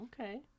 Okay